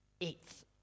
eighth